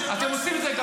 איזה שקר, איזה שקר.